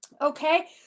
Okay